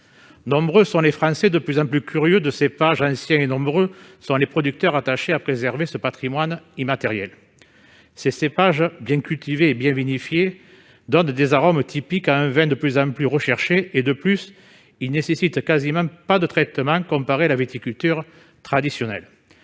Nombreux sont les Français à être de plus en plus curieux de cépages anciens et nombreux sont les producteurs attachés à préserver ce patrimoine immatériel. Ces cépages, dès lors qu'ils sont bien cultivés et bien vinifiés, donnent des arômes typiques à un vin de plus en plus recherché. De plus, ils ne nécessitent quasiment pas de traitement, comparés à la viticulture traditionnelle.